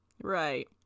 Right